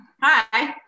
Hi